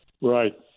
Right